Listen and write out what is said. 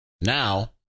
now